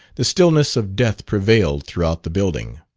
the stillness of death prevailed throughout the building.